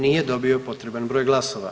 Nije dobio potreban broj glasova.